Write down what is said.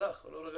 הוא הלך.